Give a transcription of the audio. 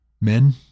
men